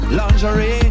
lingerie